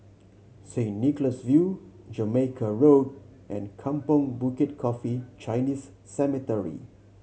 Saint Nicholas View Jamaica Road and Kampong Bukit Coffee Chinese Cemetery